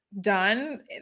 done